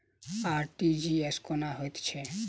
RTGS कोना होइत छै?